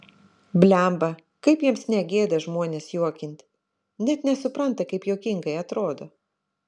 blemba kaip jiems negėda žmones juokint net nesupranta kaip juokingai atrodo